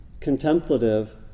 contemplative